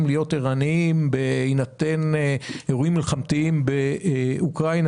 להיות ערניים בהינתן אירועים מלחמתיים באוקראינה.